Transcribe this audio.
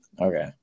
Okay